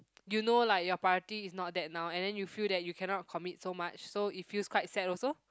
you know like your priority is not that now and then you feel that you cannot commit so much so it feels quite sad also